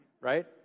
right